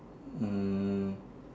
mm